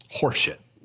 Horseshit